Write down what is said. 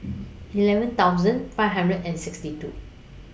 eleven thousand five hundred and sixty two